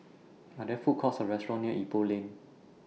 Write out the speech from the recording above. Are There Food Courts Or restaurants near Ipoh Lane